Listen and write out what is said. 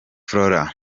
florent